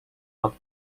but